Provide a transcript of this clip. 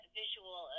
visual